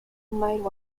might